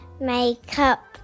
Makeup